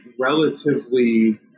relatively